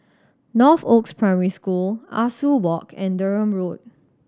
Northoaks Primary School Ah Soo Walk and Durham Road